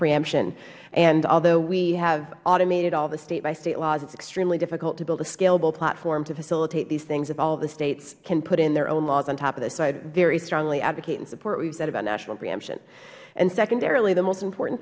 preemption and although we have automated all the statebystate laws it's extremely difficult to build a scalable platform to facilitate these things if all of the states can put in their own laws on top this so i very strongly advocate and support what you said about national preemption and secondarily the most important